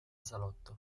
salotto